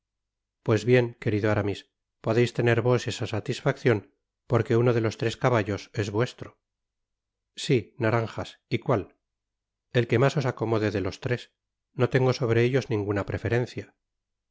pues bien querido aramis podeis tener vos esa satisfaccion porque uno de los tres caballos es vuestro si naranjas y cuál et que mas os acomode de los tres no tengo sobre ellos ninguna preferencia